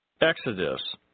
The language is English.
Exodus